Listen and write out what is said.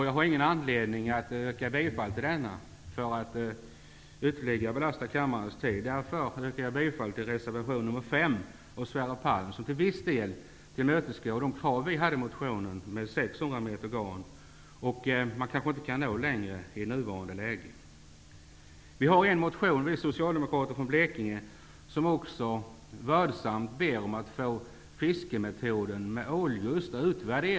Jag har ingen anledning att yrka bifall till denna för att ytterligare belasta kammarens tid. Därför yrkar jag bifall till reservation nr 5 av Sverre Palm, som till viss del tillmötesgår de krav vi hade i motionen om 600 meter garn. Man kanske inte kan nå längre i nuvarande läge. Vi socialdemokrater från Blekinge har också en motion som vördsamt ber om att få fiskemetoden ålljuster utvärderad.